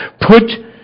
Put